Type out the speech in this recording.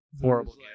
Horrible